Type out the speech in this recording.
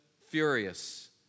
furious